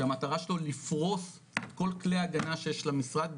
שהמטרה שלו לפרוס כל כלי הגנה שיש למשרד,